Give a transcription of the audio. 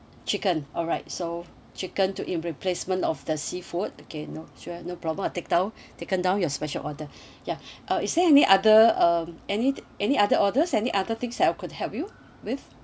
chicken alright so chicken to in replacement of the seafood okay no sure no problem I take down taken down your special order ya uh is there any other um any any other orders any other things that I could help you with